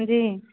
जी